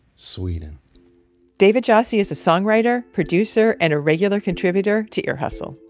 sweden david jassy is a songwriter, producer, and a regular contributor to your hustle.